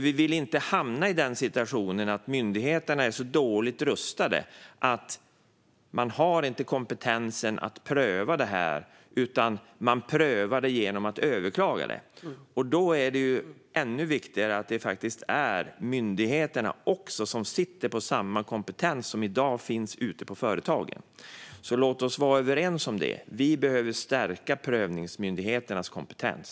Vi vill inte hamna i den situationen att myndigheterna är så dåligt rustade att de inte har kompetensen att pröva det här utan prövar det genom att överklaga det. Då är det ännu viktigare att myndigheterna faktiskt sitter på samma kompetens som i dag finns ute hos företagen. Låt oss vara överens om att vi behöver stärka prövningsmyndigheternas kompetens.